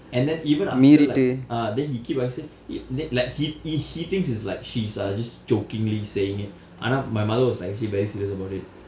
and then even after like ah then he keep on say it like he he he thinks it's like she's ah just jokingly saying it ஆனா:aana my mother was like actually very serious about it